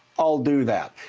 i'll do that.